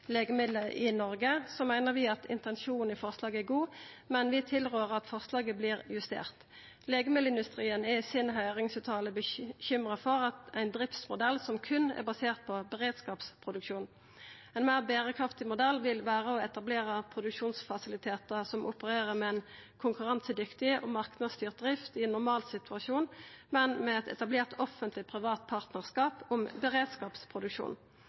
legemiddel i Noreg, meiner vi at intensjonen i forslaget er god, men vi tilrår at forslaget vert justert. Legemiddelindustrien er i høyringsfråsegna bekymra for ein driftsmodell som er basert på berre beredskapsproduksjon. Ein meir berekraftig modell vil vera å etablera produksjonsfasilitetar som opererer med ei konkurransedyktig og marknadsstyrt drift i ein normalsituasjon, men med eit etablert offentleg-privat partnarskap om beredskapsproduksjon.